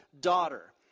daughter